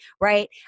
right